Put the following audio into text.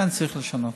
לכן צריך לשנות.